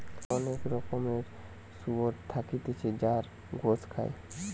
অনেক রকমের শুয়োর থাকতিছে যার গোস খায়